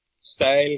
style